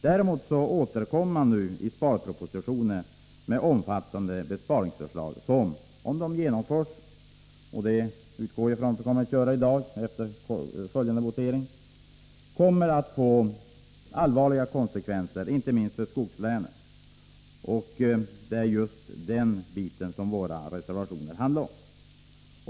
Däremot återkom man i sparpropositionen med omfattande besparingsförslag som om de genomförs — och det utgår jag från att de kommer att göra vid voteringen i dag —- kommer att få allvarliga konsekvenser, inte minst för skogslänen. Det är just detta våra reservationer handlar om.